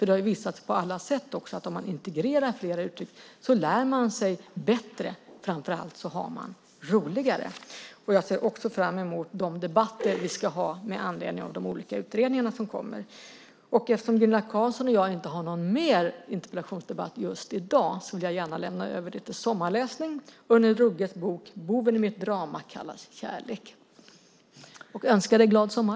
Det har ju visat sig på alla sätt att om man integrerar flera uttryckssätt lär man sig bättre, framför allt har man roligare. Jag ser också fram emot de debatter som vi ska ha med anledning av de olika utredningar som kommer. Eftersom Gunilla Carlsson och jag inte har någon mer interpellationsdebatt just i dag vill jag gärna lämna över lite sommarläsning, den roliga boken Boven i mitt drama kallas kärlek , och önska dig en glad sommar.